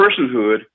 personhood